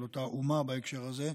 של אותה אומה בהקשר הזה.